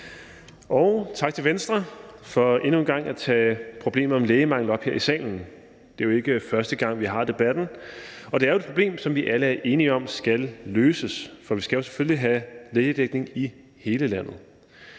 og tak til Venstre for endnu en gang at tage problemet om lægemangel op her i salen. Det er jo ikke første gang, vi har debatten, og det er jo et problem, som vi alle er enige om skal løses, for vi skal selvfølgelig have lægedækning i hele landet.